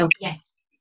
Yes